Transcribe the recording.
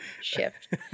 Shift